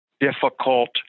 difficult